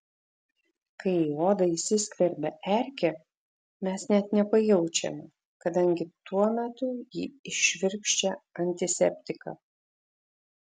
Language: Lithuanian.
kai į odą įsiskverbia erkė mes net nepajaučiame kadangi tuo metu ji įšvirkščia antiseptiką